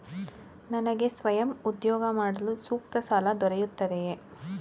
ನನಗೆ ಸ್ವಯಂ ಉದ್ಯೋಗ ಮಾಡಲು ಸೂಕ್ತ ಸಾಲ ದೊರೆಯುತ್ತದೆಯೇ?